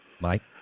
Mike